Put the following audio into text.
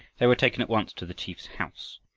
they were taken at once to the chief's house.